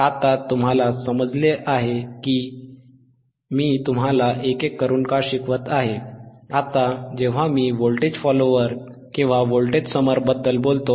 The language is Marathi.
आता तुम्हाला समजले आहे की मी तुम्हाला एक एक करून का शिकवत आहे